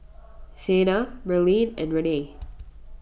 Sena Merlene and Renee